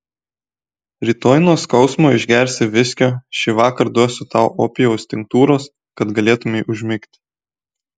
rytoj nuo skausmo išgersi viskio šįvakar duosiu tau opijaus tinktūros kad galėtumei užmigti